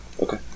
Okay